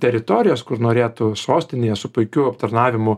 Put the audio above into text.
teritorijos kur norėtų sostinėje su puikiu aptarnavimu